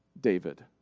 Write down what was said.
David